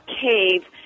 cave